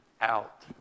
out